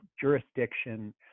jurisdiction